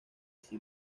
así